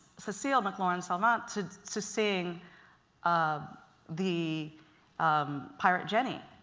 cecile mclorin salvant to to sing um the um pirate jenny.